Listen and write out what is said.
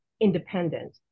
independent